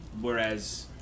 Whereas